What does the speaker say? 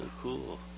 cool